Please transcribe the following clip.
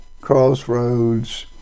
Crossroads